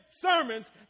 sermons